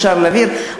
אפשר להעביר את זה לשם.